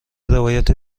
روایت